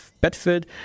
Bedford